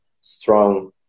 strong